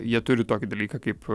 jie turi tokį dalyką kaip